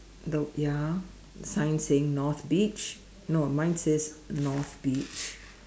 no ya sign saying north beach no mine says north beach